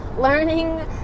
learning